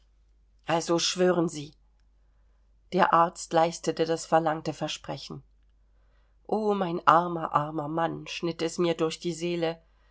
also schwören sie der arzt leistete das verlangte versprechen o mein armer armer mann schnitt es mir durch die seele